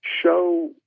show